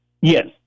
Yes